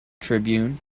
tribune